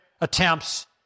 attempts